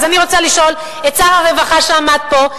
אז אני רוצה לשאול את שר הרווחה שעמד פה,